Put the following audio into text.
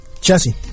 Jesse